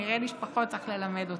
נראה לי שפחות צריך ללמד אותי,